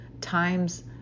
times